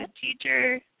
teacher